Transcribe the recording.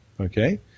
okay